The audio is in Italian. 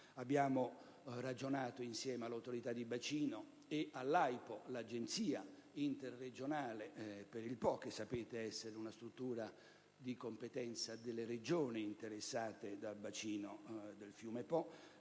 Abbiamo ragionato insieme all'Autorità di bacino e all'AIPO (Agenzia interregionale per il Po) che, come sapete, è una struttura di competenza delle Regioni interessate dal bacino del fiume Po